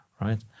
right